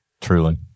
Truly